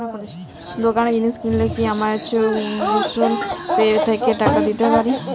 দোকানে জিনিস কিনলে কি আমার গুগল পে থেকে টাকা দিতে পারি?